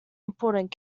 important